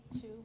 two